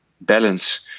balance